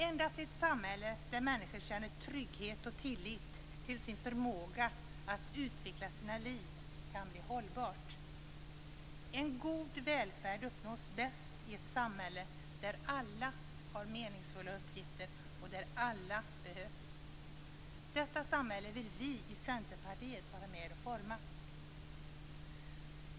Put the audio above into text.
Endast ett samhälle där människor känner trygghet och tillit till sin förmåga att utveckla sina liv kan bli hållbart. En god välfärd uppnås bäst i ett samhälle där alla har meningsfulla uppgifter och där alla behövs. Detta samhälle vill vi i Centerpartiet vara med om att forma.